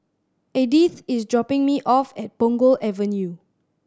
Edythe is dropping me off at Punggol Avenue